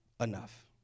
enough